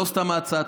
והיה אפשר לעשות את